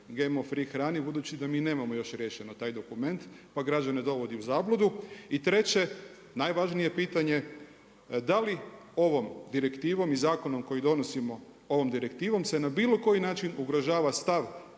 GMO free hrani budući da mi još nemamo riješeno taj dokument pa građane dovodi u zabludu? I treće, najvažnije pitanje, da li ovom direktivom i zakonom koji donosimo ovom direktivom se na bilo koji način ugrožava stav